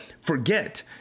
forget